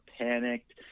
panicked